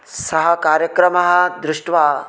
सः कार्यक्रमः दृष्ट्वा